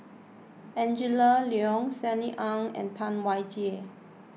Angela Liong Sunny Ang and Tam Wai Jia